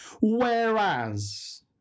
whereas